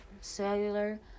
cellular